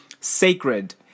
sacred